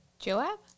Joab